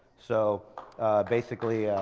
so basically.